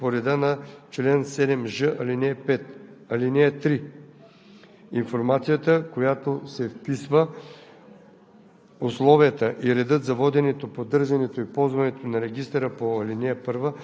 т. 1, в едномесечен срок от внедряването им в експлоатация по реда на чл. 7ж, ал. 5. (3) Информацията, която се вписва,